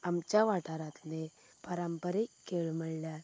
आमच्या वाठारांतले पारंपारीक खेळ म्हणल्यार